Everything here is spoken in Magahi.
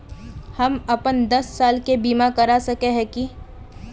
हम अपन दस साल के बीमा करा सके है की?